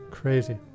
crazy